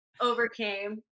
overcame